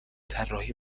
طراحی